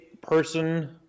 person